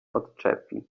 odczepi